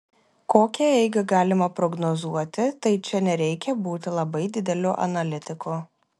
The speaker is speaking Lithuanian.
kokią eigą galima prognozuoti tai čia nereikia būti labai dideliu analitiku